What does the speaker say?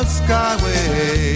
skyway